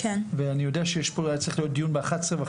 ואני יודע שהיה צריך להיות דיון ב-11:30